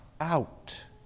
out